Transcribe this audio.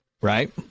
Right